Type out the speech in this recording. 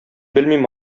белмим